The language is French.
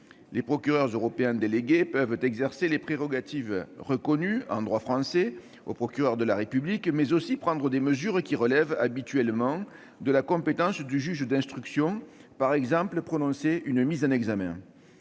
Les procureurs européens délégués peuvent exercer les prérogatives reconnues en droit français au procureur de la République, mais aussi prendre des mesures qui relèvent habituellement de la compétence du juge d'instruction, par exemple prononcer une mise en examen.